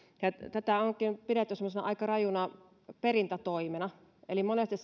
tätä onkin pidetty semmoisena aika rajuna perintätoimena eli monesti